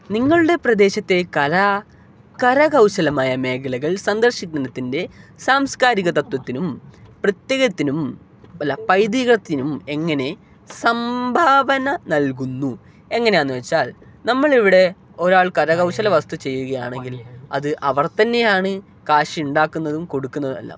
നിങ്ങളുടെ പ്രദേശത്തെ കലാ കരകൗശലമായ മേഖലകൾ സന്ദർശിക്കുന്നതിൻ്റെ സാംസ്കാരിക തത്വത്തിനും പ്രത്യേകത്തിനും അല്ല പൈതൃകത്തിനും എങ്ങനെ സംഭാവന നൽകുന്നു എങ്ങനെയാന്ന് വെച്ചാൽ നമ്മൾ ഇവിടെ ഒരാൾ കരകൗശല വസ്തു ചെയ്യുക ആണെങ്കിൽ അത് അവർ തന്നെയാണ് കാഷ് ഉണ്ടാക്കുന്നതും കൊടുക്കുന്നതും എല്ലാം